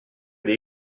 des